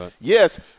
Yes